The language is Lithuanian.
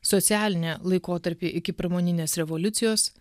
socialinė laikotarpį iki pramoninės revoliucijos